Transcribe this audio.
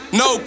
no